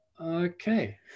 okay